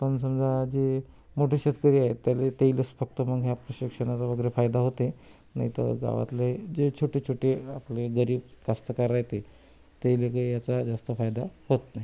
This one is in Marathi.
पण समजा जे मोठे शेतकरी आहे त्याले तेईलेच फक्त मग ह्या प्रशिक्षणाचा वगैरे फायदा होते नाही तर गावातले जे छोटे छोटे आपले गरीब कास्तकार राहते त्याइलेबी याचा जास्त फायदा होत नाही